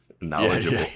knowledgeable